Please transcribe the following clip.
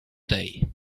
day